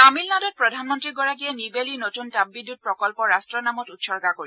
তামিলনাডুত প্ৰধানমন্ত্ৰীগৰাকীয়ে নিবেলী নতুন তাপবিদ্যুৎ প্ৰকল্প ৰাষ্ট্ৰৰ নামত উৎসৰ্গা কৰিব